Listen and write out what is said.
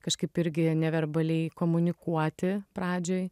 kažkaip irgi neverbaliai komunikuoti pradžioj